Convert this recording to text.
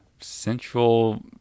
Central